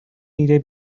nire